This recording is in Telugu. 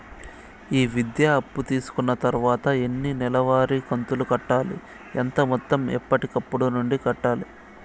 ఈ విద్యా అప్పు తీసుకున్న తర్వాత ఎన్ని నెలవారి కంతులు కట్టాలి? ఎంత మొత్తం ఎప్పటికప్పుడు నుండి కట్టాలి?